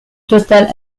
totale